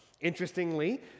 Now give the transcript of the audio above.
Interestingly